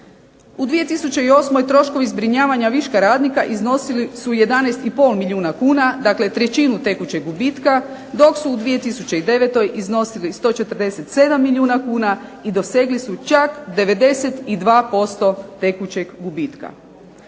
U 2008. troškovi zbrinjavanja viška radnika iznosili su 11,5 milijuna kuna dakle trećinu tekućeg gubitka dok su u 2009. iznosili 147 milijuna kuna i dosegli su čak 92% tekućeg gubitka.